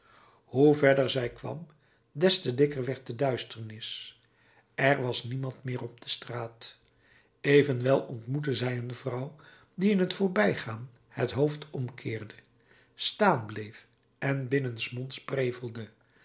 hoe verder zij kwam des te dikker werd de duisternis er was niemand meer op de straat evenwel ontmoette zij een vrouw die in t voorbijgaan het hoofd omkeerde staan bleef en